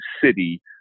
city